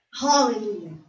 Hallelujah